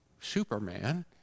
Superman